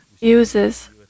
uses